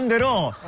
and idol